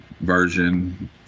version